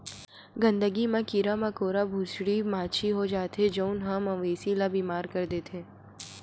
गंदगी म कीरा मकोरा, भूसड़ी, माछी हो जाथे जउन ह मवेशी ल बेमार कर देथे